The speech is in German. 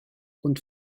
und